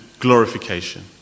glorification